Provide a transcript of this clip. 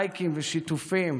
לייקים ושיתופים,